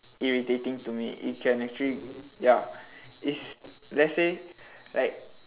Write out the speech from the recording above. irritating to me it can actually ya it's let say like